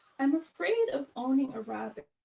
i'm afraid of owning a rabbit,